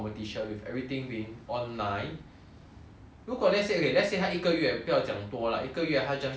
如果 let's say let's say 他一个月不要讲多 lah 一个月他 just join 两个三个 competition from different different parts of the world